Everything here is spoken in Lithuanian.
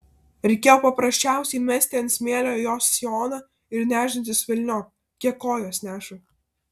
reikėjo paprasčiausiai mesti ant smėlio jos sijoną ir nešdintis velniop kiek kojos neša